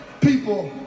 people